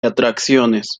atracciones